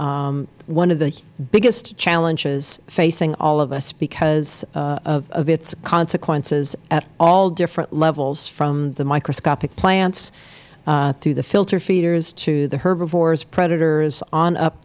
be one of the biggest challenges facing all of us because of its consequences at all different levels from the microscopic plants through the filter feeders to the herbivores predators on up